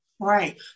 Right